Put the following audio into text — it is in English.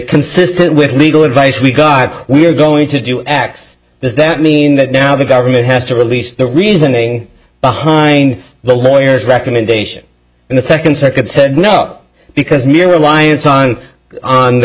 consistent with legal advice we got we're going to do x does that mean that now the government has to release the reasoning behind the lawyers recommendation and the second circuit said no because mere reliance on on the